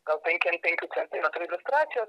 gal penki ant penkių centimetrų iliustracijos